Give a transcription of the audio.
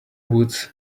woods